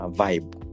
vibe